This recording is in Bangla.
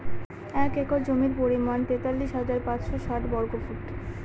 এক একর জমির পরিমাণ তেতাল্লিশ হাজার পাঁচশ ষাট বর্গফুট